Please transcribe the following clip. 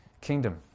kingdom